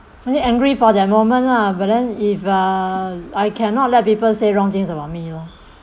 then angry for the moment lah but then if uh I cannot let people say wrong things about me lor